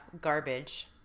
garbage